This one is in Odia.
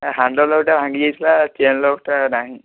ଏ ହ୍ୟାଣ୍ଡଲ୍ଟା ଭାଙ୍ଗି ଯାଇଥିଲା ଚେନ୍ ଲକ୍ଟା ନାହିଁ